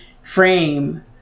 frame